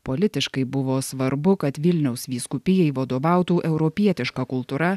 politiškai buvo svarbu kad vilniaus vyskupijai vadovautų europietiška kultūra